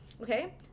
Okay